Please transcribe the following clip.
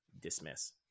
dismiss